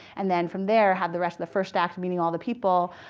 and then from there, have the rest of the first act meeting all the people,